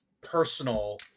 personal